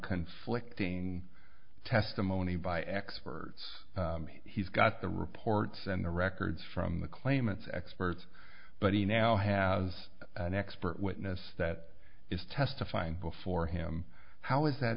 conflicting testimony by experts he's got the reports and the records from the claimants experts but he now has an expert witness that is testifying before him how is that